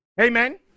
amen